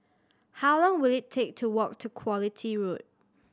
how long will it take to walk to Quality Road